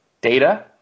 data